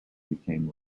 became